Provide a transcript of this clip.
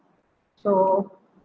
so